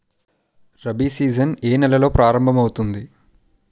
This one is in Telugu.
రబి సీజన్ ఏ నెలలో ప్రారంభమౌతుంది?